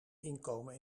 inkomen